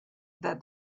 that